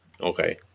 Okay